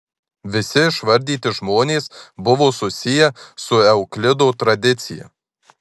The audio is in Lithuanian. visi išvardyti žmonės buvo susiję su euklido tradicija